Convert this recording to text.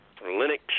Linux